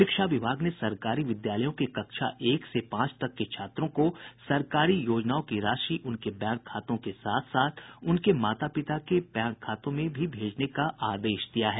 शिक्षा विभाग ने सरकारी विद्यालयों के कक्षा एक से पांच तक के छात्रों को सरकारी योजनाओं की राशि उनके बैंक खातों के साथ साथ उनके माता पिता के बैंक खातों में भी भेजने का आदेश दिया है